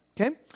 okay